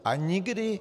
A nikdy...